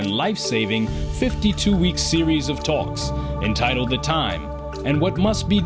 and lifesaving fifty two week series of talks in titled the time and what must be